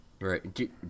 Right